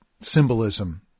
symbolism